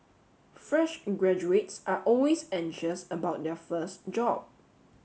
fresh graduates are always anxious about their first job